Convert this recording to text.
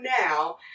now